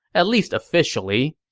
at least officially,